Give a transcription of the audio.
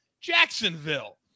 Jacksonville